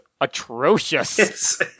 atrocious